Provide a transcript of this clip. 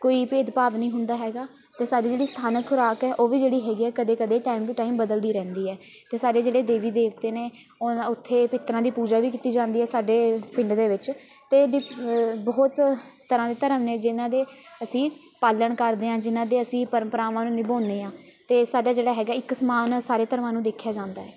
ਕੋਈ ਭੇਦ ਭਾਵ ਨਹੀਂ ਹੁੰਦਾ ਹੈਗਾ ਅਤੇ ਸਾਡੀ ਜਿਹੜੀ ਸਥਾਨਕ ਖੁਰਾਕ ਹੈ ਉਹ ਵੀ ਜਿਹੜੀ ਹੈ ਕਦੇ ਕਦੇ ਟਾਈਮ ਟੂ ਟਾਈਮ ਬਦਲਦੀ ਰਹਿੰਦੀ ਹੈ ਅਤੇ ਸਾਰੇ ਜਿਹੜੇ ਦੇਵੀ ਦੇਵਤੇ ਨੇ ਉਹ ਉੱਥੇ ਪਿੱਤਰਾਂ ਦੀ ਪੂਜਾ ਵੀ ਕੀਤੀ ਜਾਂਦੀ ਹੈ ਸਾਡੇ ਪਿੰਡ ਦੇ ਵਿੱਚ ਅਤੇ ਡਿਫ ਬਹੁਤ ਤਰ੍ਹਾਂ ਦੇ ਧਰਮ ਨੇ ਜਿਹਨਾਂ ਦੇ ਅਸੀਂ ਪਾਲਣ ਕਰਦੇ ਹਾਂ ਜਿਨ੍ਹਾਂ ਦੇ ਅਸੀਂ ਪ੍ਰੰਪਰਾਵਾਂ ਨੂੰ ਨਿਭਾਉਦੇ ਹਾਂ ਅਤੇ ਸਾਡਾ ਜਿਹੜਾ ਹੈਗਾ ਇੱਕ ਸਮਾਨ ਸਾਰੇ ਧਰਮਾਂ ਨੂੰ ਦੇਖਿਆ ਜਾਂਦਾ ਹੈ